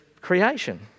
creation